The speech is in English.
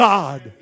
God